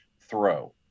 throw